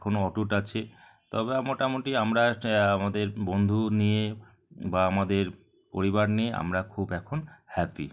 এখনও অটুট আছে তবে মোটামুটি আমরা আমাদের বন্ধু নিয়ে বা আমাদের পরিবার নিয়ে আমরা খুব এখন হ্যাপি